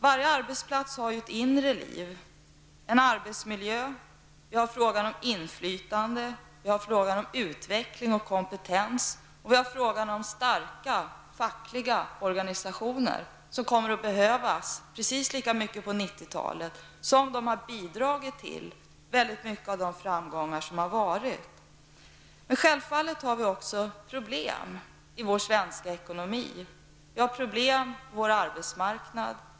Varje arbetsplats har ju ett inre liv: arbetsmiljön, frågan om inflytande, frågan om utveckling och kompetens och också frågan om starka fackliga organisaationer, som kommer att behövas precis lika mycket på 90-talet som de har bidragit till väldigt mycket av de framgångar som har varit. Men självfallet har vi också problem i vår svenska ekonomi. Vi har problem på vår arbetsmarknad.